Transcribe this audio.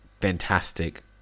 Fantastic